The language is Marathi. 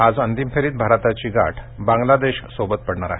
आज अंतिम फेरीत भारताची गाठ बांगलादेशसोबत पडणार आहे